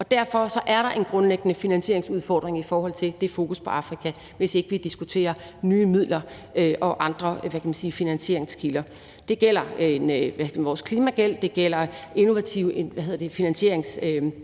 Derfor er der en grundlæggende finansieringsudfordring i forhold til det fokus på Afrika, hvis ikke vi diskuterer nye midler og andre finansieringskilder. Det gælder vores klimagæld, det gælder innovative finansieringsinstrumenter,